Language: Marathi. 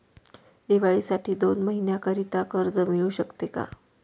दिवाळीसाठी दोन महिन्याकरिता कर्ज मिळू शकते का?